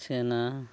ᱪᱷᱮᱱᱟ